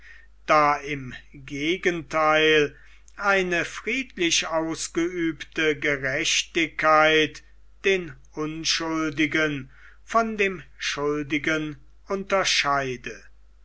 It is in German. da im gegentheil eine friedlich ausgeübte gerechtigkeit den unschuldigen von dem schuldigen unterscheide